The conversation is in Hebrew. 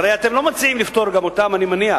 הרי אתם לא מציעים לפטור גם אותם, אני מניח.